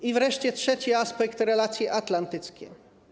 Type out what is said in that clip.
I wreszcie trzeci aspekt: relacje atlantyckie.